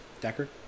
Decker